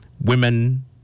women